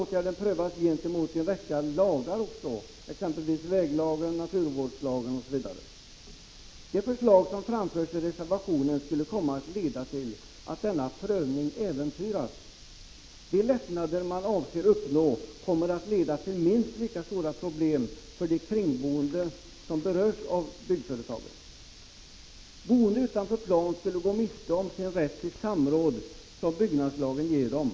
Åtgärden prövas också gentemot en räcka lagar, exempelvis väglagen och naturvårdslagen. Det förslag som framförs i reservationen skulle leda till att denna prövning äventyras. De lättnader man avser att uppnå kommer att leda till att det blir problem i minst lika stor utsträckning för de kringboende som berörs av byggnadsföretaget. Personer som bor utanför byggnadsplanen skulle gå miste om den rätt till samråd som byggnadslagen ger den.